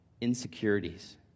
insecurities